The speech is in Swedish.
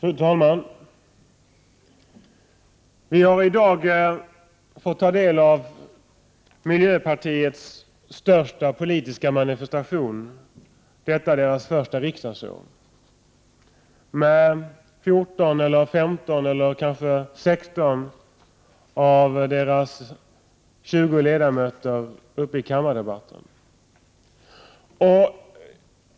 Fru talman! Vi har i dag fått ta del av miljöpartiets största politiska manifestation under dess första riksdagsår när det har 14, 15 eller kanske rent av 16 av sina 20 ledamöter uppe i kammardebatten.